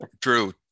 True